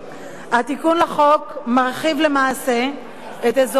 התיקון לחוק מרחיב למעשה את אזורי הסיוע